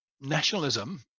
nationalism